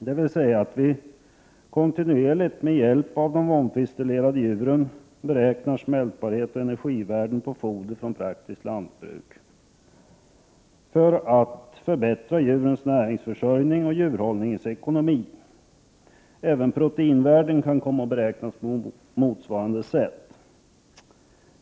Genom att studera de vomfistelerade djuren kan vi kontinuerligt beräkna smältbarhet och energivärde på foder från praktiskt lantbruk, för att förbättra djurens näringsförsörjning och djurhållningens ekonomi. Även proteinvärden kan komma att beräknas på motsvarande sätt.